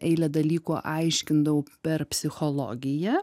eilę dalykų aiškindavau per psichologiją